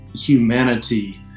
humanity